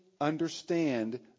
understand